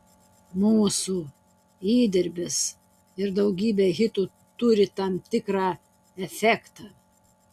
mūsų įdirbis ir daugybė hitų turi tam tikrą efektą